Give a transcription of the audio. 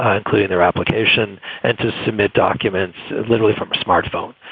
ah including their application and to submit documents literally from a smartphone.